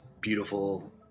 beautiful